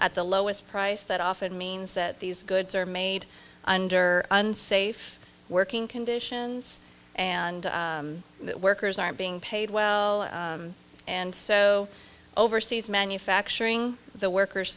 at the lowest price that often means that these goods are made under unsafe working conditions and that workers are being paid well and so overseas manufacturing the workers